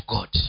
God